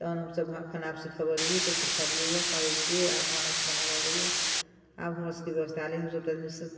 तहन हमसब खाना सिखबेलियै तऽ सीखलियै हँ करै छियै आब भानस बनाबऽ अबैया आब हमर सबके व्यवस्था आयल हँ हमसब ताहि दिन